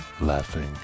laughing